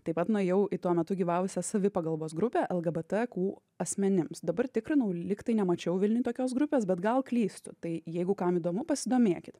taip pat nuėjau į tuo metu gyvavusią savipagalbos grupę lgbtq asmenims dabar tikrinau lyg tai nemačiau vilniuj tokios grupės bet gal klystu tai jeigu kam įdomu pasidomėkit